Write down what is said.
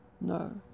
No